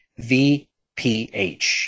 VPH